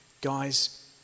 guys